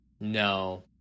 No